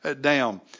down